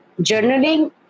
journaling